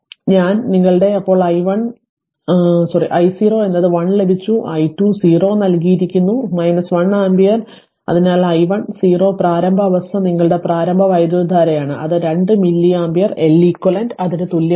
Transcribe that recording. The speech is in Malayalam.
അതിനാൽ ഞാൻ നിങ്ങളുടെ അപ്പോൾ i 0 എന്നത് 1 ലഭിച്ചു i2 0 നൽകിയിരിക്കുന്നു 1 ആമ്പിയർ അതിനാൽ i 1 0 പ്രാരംഭ അവസ്ഥ നിങ്ങളുടെ പ്രാരംഭ വൈദ്യുതധാരയാണ് അത് 2 മില്ലി ആമ്പിയർ L eq അതിന് തുല്യമാണ്